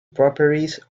properties